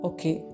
Okay